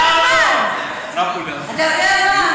אתה יודע מה?